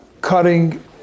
cutting